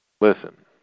listen